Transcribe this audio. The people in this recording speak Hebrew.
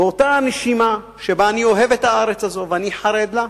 באותה נשימה שבה אני אוהב את הארץ הזו ואני חרד לה,